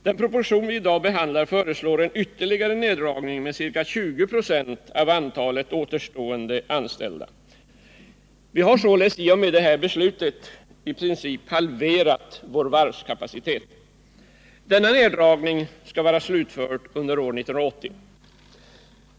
Den proposition vi i dag behandlar föreslår en ytterligare neddragning med ca 20 96 av antalet återstående anställda. I och med detta beslut kommer vi således att i princip ha halverat vår varvskapacitet. Denna neddragning skall vara slutförd under år 1980.